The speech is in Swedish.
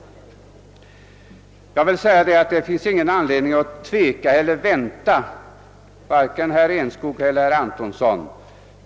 Jag vill säga till herrar Enskog och Antonsson att det finns ingen anledning att tveka eller vänta.